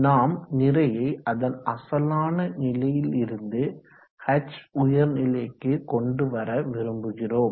நாம் நிறையை அதன் அசலான நிலையில் இருந்து H உயர் நிலைக்கு கொண்டுவர விரும்புகிறோம்